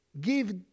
Give